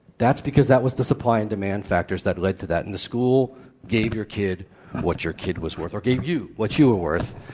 that's because that was the supply and demand factors that led to that and the school gave your kid what your kid was worth or gave you what you were worth.